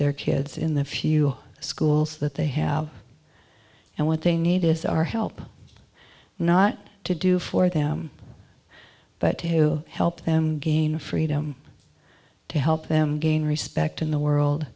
their kids in the few schools that they have and what they need is our help not to do for them but to help them gain freedom to help them gain respect in the world